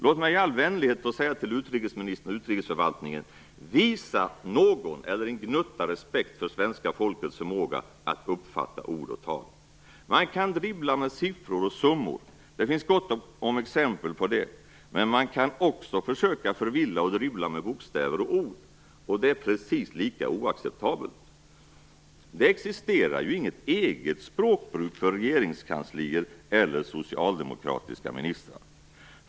Låt mig i all vänlighet få säga till utrikesministern och utrikesförvaltningen: Visa åtminstone en gnutta respekt för det svenska folkets förmåga att uppfatta ord och tal! Man kan dribbla med siffror och summor - det finns gott om exempel på det - men man kan också försöka förvilla och dribbla med bokstäver och ord. Det är precis lika oacceptabelt. Det existerar inget eget språkbruk för regeringskansliet eller för socialdemokratiska ministrar.